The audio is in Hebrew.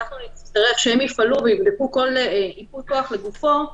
שהם יפעלו ויבדקו כל ייפוי כוח לגופו,